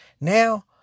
Now